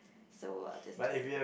so I'll just keep it